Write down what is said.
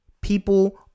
People